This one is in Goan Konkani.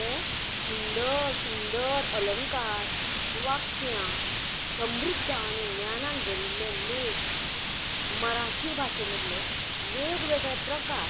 तातूंतले सुंदर सुंदर अलंकार वाक्यां समृद्द आनी ज्ञानान भरिल्ले लेख मराठी भाशे मदले वेगवेगळे प्रकार